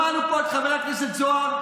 שמענו פה את חבר הכנסת זוהר,